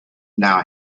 now